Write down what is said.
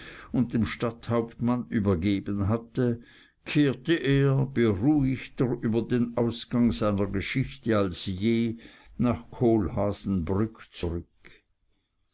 und dem stadthauptmann übergeben hatte kehrte er beruhigter über den ausgang seiner geschichte als je nach kohlhaasenbrück zurück